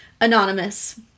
anonymous